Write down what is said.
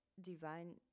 divine